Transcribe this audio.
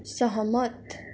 सहमत